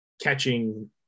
catching